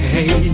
Hey